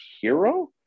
hero